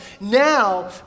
now